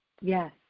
Yes